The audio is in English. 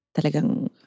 talagang